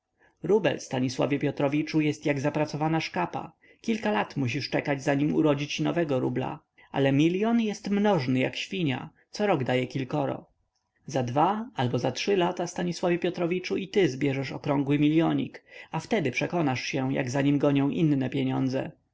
rubel stanisławie piotrowiczu jest jak zapracowana szkapa kilka lat musisz czekać zanim urodzi ci nowego rubla ale milion jest mnożny jak świnia corok daje kilkoro za dwa albo za trzy lata stanisławie piotrowiczu i ty zbierzesz okrągły milionik a wtedy przekonasz się jak za nim gonią inne pieniądze